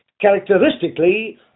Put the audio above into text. characteristically